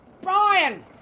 Brian